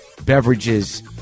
Beverages